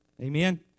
Amen